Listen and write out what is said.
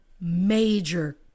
major